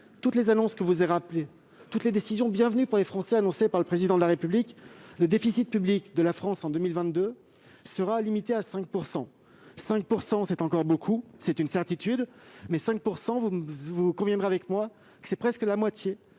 toutes les annonces que vous avez rappelées, après toutes les décisions bienvenues pour les Français qu'a annoncées le Président de la République, le déficit public de la France en 2022 sera limité à 5 %. C'est encore beaucoup, certes, mais vous conviendrez avec moi que c'est presque la moitié